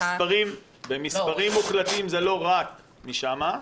במספרים מוחלטים זה לא רק משם.